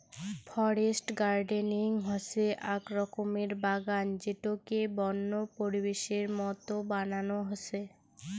forest gardening হসে আক রকমের বাগান যেটোকে বন্য পরিবেশের মত বানানো হসে